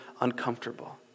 uncomfortable